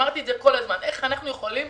כל הזמן אמרתי, איך אנחנו יכולים